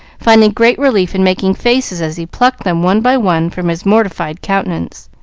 finding great relief in making faces as he plucked them one by one from his mortified countenance.